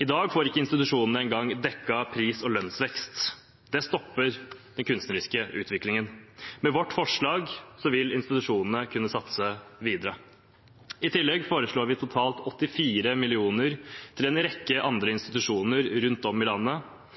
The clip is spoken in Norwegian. I dag får institusjonene ikke engang dekket pris- og lønnsvekst. Det stopper den kunstneriske utviklingen. Med vårt forslag vil institusjonene kunne satse videre. I tillegg foreslår vi totalt 84 mill. kr til en rekke andre institusjoner rundt om i landet.